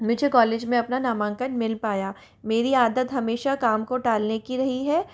मुझे कॉलेज में अपना नामांकन मिल पाया मेरी आदत हमेशा काम को टालने की रही है